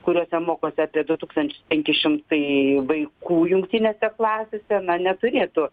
kuriose mokosi apie du tūkstančius penki šimtai vaikų jungtinėse klasėse na neturėtų